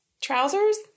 Trousers